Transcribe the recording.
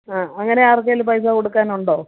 ആ അങ്ങനെ ആർക്കേലും പൈസ കൊടുക്കാനുണ്ടോ